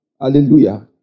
Hallelujah